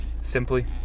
Simply